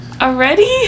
Already